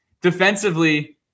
Defensively